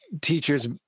teachers